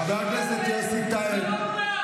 חבר הכנסת יוסי טייב,